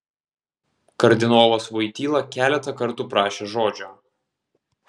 kardinolas voityla keletą kartų prašė žodžio